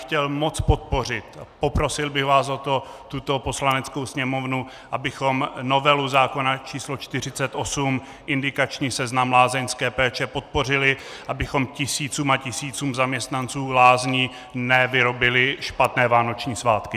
Chtěl bych to moc podpořit a poprosil bych vás o to, tuto Poslaneckou sněmovnu, abychom novelu zákona č. 48, indikační seznam lázeňské péče, podpořili, abychom tisícům a tisícům zaměstnanců lázní nevyrobili špatné vánoční svátky.